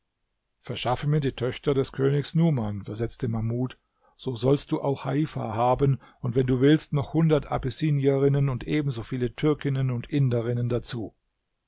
verschaffe mir die töchter des königs numan versetzte mahmud so sollst du auch heifa haben und wenn du willst noch hundert abessinierinnen und ebenso viele türkinnen und inderinnen dazu